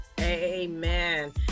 Amen